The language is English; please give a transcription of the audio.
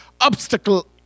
obstacle